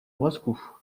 moscou